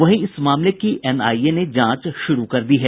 वहीं इस मामले की एनआईए ने जांच शुरू कर दी है